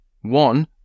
One